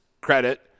credit